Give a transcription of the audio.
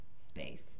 space